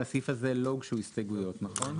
לסעיף הזה לא הוגשו הסתייגויות נכון?